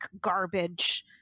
garbage